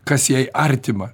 kas jai artima